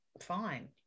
fine